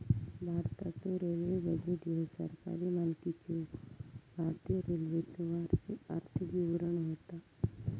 भारताचो railway budget ह्यो सरकारी मालकीच्यो भारतीय रेल्वेचो वार्षिक आर्थिक विवरण होता